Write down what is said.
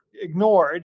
ignored